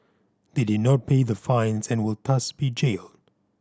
they did not pay the fines and will thus be jailed